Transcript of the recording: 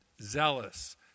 zealous